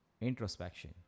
introspection